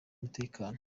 umutekano